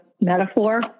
metaphor